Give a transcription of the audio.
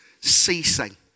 ceasing